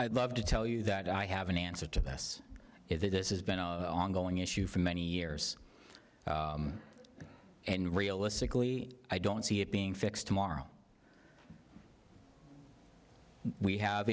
i'd love to tell you that i have an answer to this is that this is been ongoing issue for many years and realistically i don't see it being fixed tomorrow we have